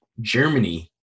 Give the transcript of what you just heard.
germany